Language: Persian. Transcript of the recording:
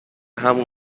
همون